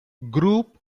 group